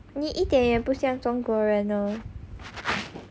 你一点也不像中国人哦